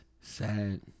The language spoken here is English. sad